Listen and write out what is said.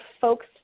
folks